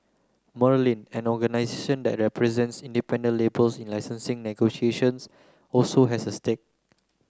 Merlin an organisation that represents independent labels in licensing negotiations also has a stake